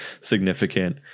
significant